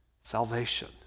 salvation